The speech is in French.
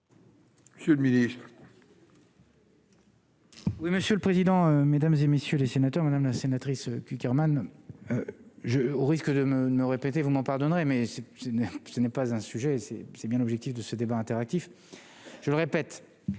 Monsieur le Ministre.